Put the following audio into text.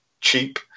cheap